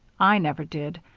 i never did.